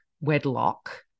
wedlock